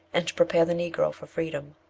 and to prepare the negro for freedom.